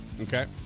okay